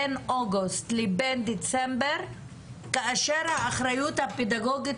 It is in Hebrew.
בין אוגוסט לבין דצמבר כאשר האחריות הפדגוגית,